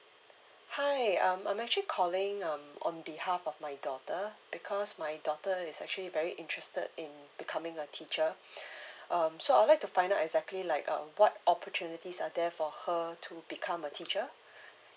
hi um I'm actually calling um on behalf of my daughter because my daughter is actually very interested in becoming a teacher um so I would like to find out exactly like um what opportunities are there for her to become a teacher